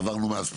עברנו מאז בחירות.